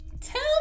Tell